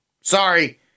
Sorry